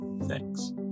Thanks